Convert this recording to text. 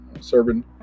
serving